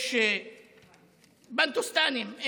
יש בנטוסטנים,